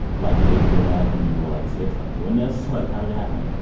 like midge would have when you were like six, i'm doing this? like, how did it happen?